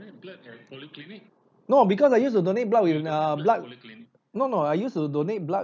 no because I used to donate blood with err blood no no I used to donate blood